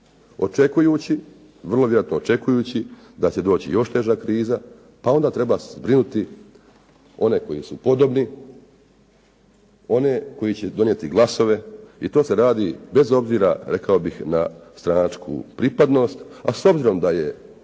Očekujući, vrlo vjerojatno očekujući da će doći još teža kriza pa onda treba zbrinuti one koji su podobni, one koji će donijeti glasove. I to se radi bez obzira rekao bih na stranačku pripadnost, a s obzirom da je,